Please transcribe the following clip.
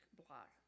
block